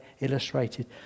illustrated